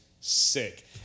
sick